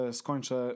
skończę